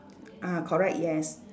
ah correct yes